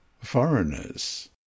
Foreigners